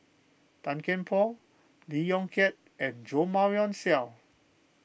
Tan Kian Por Lee Yong Kiat and Jo Marion Seow